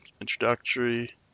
introductory